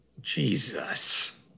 Jesus